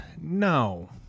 no